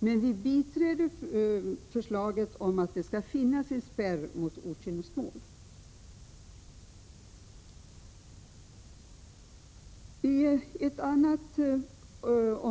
Vi biträder dock förslaget om att det skall finnas en spärr för okynnesmål.